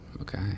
Okay